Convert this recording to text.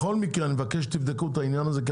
בכל מקרה אני מבקש שתבדקו את העניין הזה,